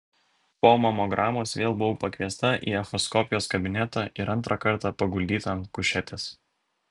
po mamogramos vėl buvau pakviesta į echoskopijos kabinetą ir antrą kartą paguldyta ant kušetės